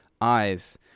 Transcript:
eyes